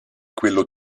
quello